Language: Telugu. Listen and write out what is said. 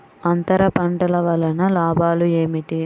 అంతర పంటల వలన లాభాలు ఏమిటి?